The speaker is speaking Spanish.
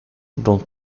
don